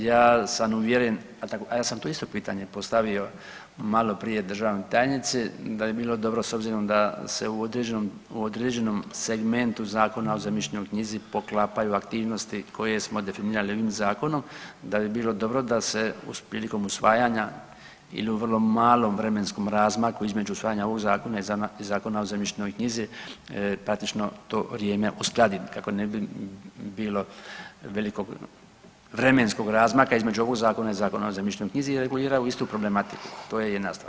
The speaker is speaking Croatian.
Ja sam uvjeren, a ja sam tu isto pitanje postavio maloprije državnoj tajnici da bi bilo dobro s obzirom da se u određenom, u određenom segmentu Zakona o zemljišnoj knjizi poklapaju aktivnosti koje smo definirali ovim zakonom da bi bilo dobro da se prilikom usvajanja ili u vrlo malom vremenskom razmaku između usvajanja ovog zakona i Zakona o zemljišnoj knjizi praktično to vrijeme uskladi kako ne bi bilo velikog vremenskog razmaka između ovog zakona i Zakona o zemljišnoj knjizi jer reguliraju istu problematiku, to je jedna stvar.